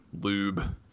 lube